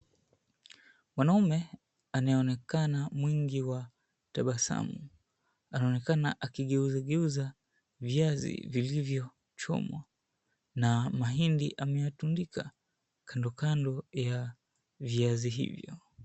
Mwanaume anayeonekana mwingi wa tabasamu anaonekana akigeuzageuza viazi vilivyochomwa na mahindi ameyatundika kando kando ya viazi hivyo.